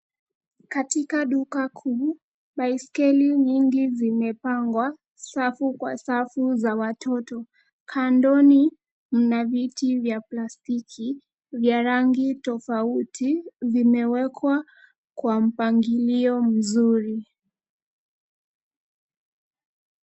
Katika duka kuu, baiskeli nyingi zimepangwa safu kwa safu za watoto. Kandoni mn viti vya plastiki vya rangi tofauti, vimewekwa kwa mpangilio mzuri.